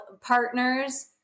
partners